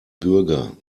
bürger